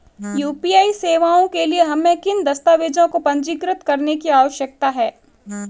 UPI सेवाओं के लिए हमें किन दस्तावेज़ों को पंजीकृत करने की आवश्यकता है?